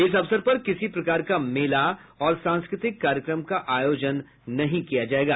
इस अवसर पर किसी प्रकार का मेला और सांस्कृतिक कार्यक्रम का आयोजन नहीं किया जायेगा